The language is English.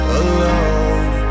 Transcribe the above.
alone